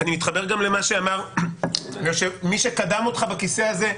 אני מתחבר גם למה שאמר מי שקדם לך בכיסא הזה,